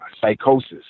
psychosis